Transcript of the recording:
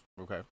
Okay